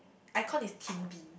iKon is team B